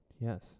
Yes